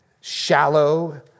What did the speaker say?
shallow